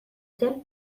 zen